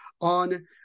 on